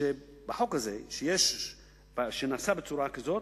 שבחוק הזה שנעשה בצורה כזאת,